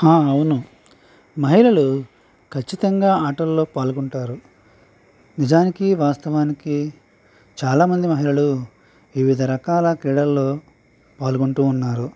హా అవును మహిళలు ఖచ్చితంగా ఆటల్లో పాల్గొంటారు నిజానికి వాస్తవానికి చాలా మంది మహిళలు వివిధ రకాల క్రీడల్లో పాల్గొంటూ ఉన్నారు